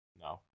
No